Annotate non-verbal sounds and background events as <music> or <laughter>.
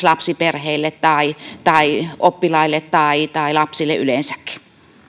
<unintelligible> lapsiperheille tai tai oppilaille tai tai lapsille yleensäkin